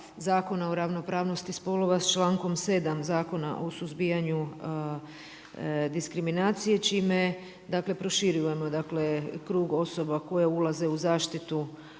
o ravnopravnosti spolova sa člankom 7. Zakona o suzbijanju diskriminacije čime dakle proširujemo dakle krug osoba koje ulaze u zaštitu jamstva